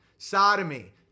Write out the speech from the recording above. sodomy